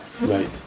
Right